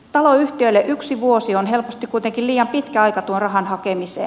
taloyhtiöille yksi vuosi on helposti kuitenkin liian pitkä aika tuon rahan hakemiseen